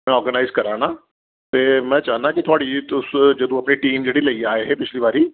में आरगनाइज करा ना ते में चाह्न्ना कि थुआढ़ी तुस जदूं अपनी टीम जेह्ड़ी लेइयै आए हे पिछली बारी